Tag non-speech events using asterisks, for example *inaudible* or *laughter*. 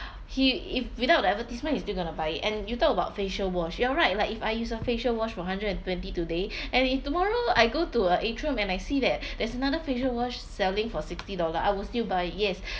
he if without the advertisement he is still gonna buy it and you talked about facial wash you're right like if I use a facial wash for hundred and twenty today *breath* and if tomorrow I go to uh atrium and I see that *breath* there's another facial wash selling for sixty dollar I will still buy it yes